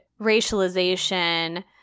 racialization